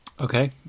Okay